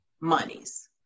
monies